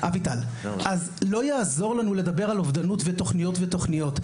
לא יעזור לנו לדבר על אובדנות ותוכניות ותוכניות,